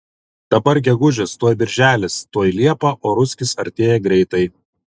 dabar gegužis tuoj birželis tuoj liepa o ruskis artėja greitai